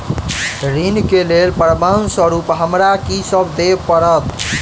ऋण केँ लेल प्रमाण स्वरूप हमरा की सब देब पड़तय?